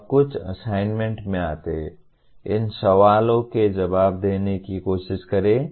अब कुछ असाइनमेंट में आते हैं इन सवालों के जवाब देने की कोशिश करें